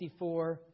1964